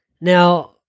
Now